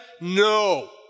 No